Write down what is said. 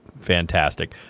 fantastic